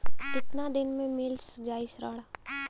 कितना दिन में मील जाई ऋण?